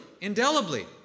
indelibly